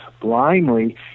blindly